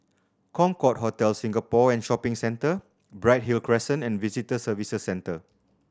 Concorde Hotel Singapore and Shopping Centre Bright Hill Crescent and Visitor Services Centre